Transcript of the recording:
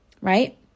right